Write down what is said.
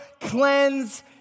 cleanse